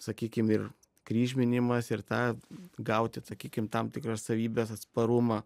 sakykim ir kryžminimas ir tą gauti sakykim tam tikras savybes atsparumą